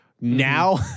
now